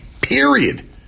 Period